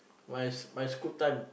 my my school time